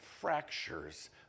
fractures